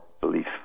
belief